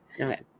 Okay